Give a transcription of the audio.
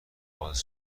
باز